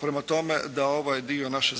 prema tome da ovaj dio naše